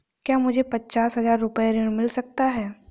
क्या मुझे पचास हजार रूपए ऋण मिल सकता है?